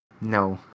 No